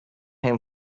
him